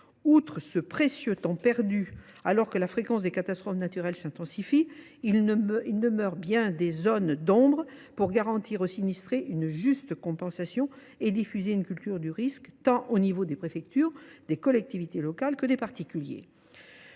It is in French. Outre ce temps précieux perdu, alors que la fréquence des catastrophes naturelles s’intensifie, il subsiste de nombreuses zones d’ombre pour garantir aux sinistrés une juste compensation et diffuser une culture du risque à tous les niveaux : préfectures, collectivités locales et particuliers.